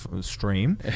stream